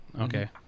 Okay